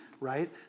right